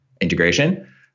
integration